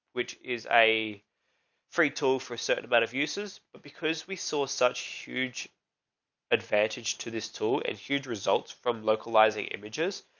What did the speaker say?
which is a free tool for a certain amount of uses. but because we saw such huge advantage to this tool and huge results from localizing images,